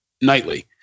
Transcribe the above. nightly